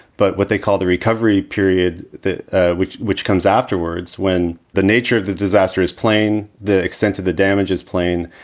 but what they call the recovery period, ah which which comes afterwards when the nature of the disaster is plain, the extent of the damage is plain.